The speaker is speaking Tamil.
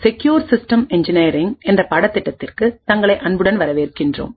செக்யூர் சிஸ்டம்ஸ் இன்ஜினியரிங்என்ற பாடத்திட்டத்திற்கு தங்களை அன்புடன் வரவேற்கின்றோம்